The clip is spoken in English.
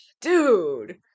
dude